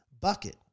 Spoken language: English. bucket